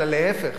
אלא להיפך,